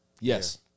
Yes